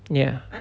ya